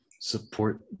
support